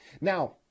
Now